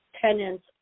tenants